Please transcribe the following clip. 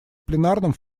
пленарном